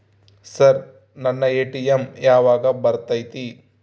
Sir ನನ್ನ ATM ಯಾವಾಗ ಬರತೈತಿ?